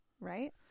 Right